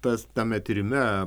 tas tame tyrime